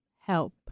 help